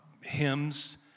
hymns